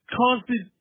constant